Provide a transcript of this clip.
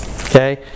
Okay